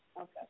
Okay